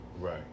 right